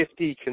50